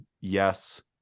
yes